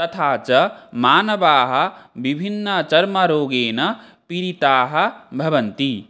तथा च मानवाः विभिन्नचर्मरोगेण पीडिताः भवन्ति